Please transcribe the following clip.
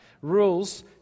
Rules